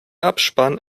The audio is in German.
abspann